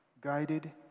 guided